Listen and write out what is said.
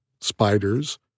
spiders